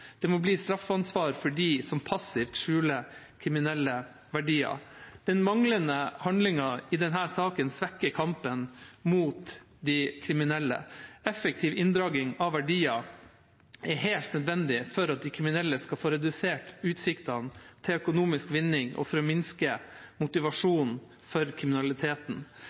Det må bli straffansvar for dem som passivt skjuler kriminelle verdier. Den manglende handlingen i denne saken svekker kampen mot de kriminelle. Effektiv inndragning av verdier er helt nødvendig for at de kriminelle skal få redusert utsiktene til økonomisk vinning, og for å minske motivasjonen for kriminaliteten.